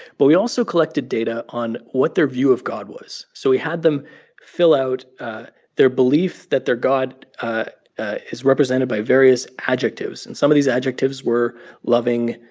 but we also collected data on what their view of god was. so we had them fill out their belief that their god is represented by various adjectives. and some of these adjectives were loving,